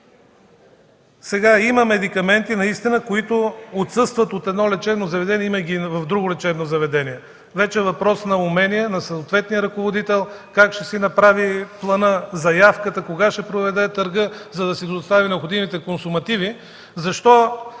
Има медикаменти, които наистина отсъстват от едно лечебно заведение, но ги има в друго. Това е вече въпрос на умения на съответния ръководител как ще си направи плана, заявката, кога ще проведе търга, за да си достави необходимите консумативи.